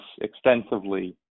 extensively